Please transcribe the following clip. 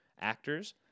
actors